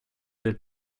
del